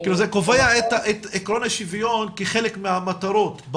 זה קובע את עקרון השוויון כחלק מהמטרות,